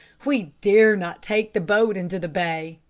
we dare not take the boat into the bay,